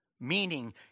Meaning